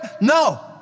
No